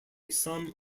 some